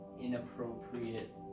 inappropriate